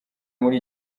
muri